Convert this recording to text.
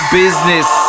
business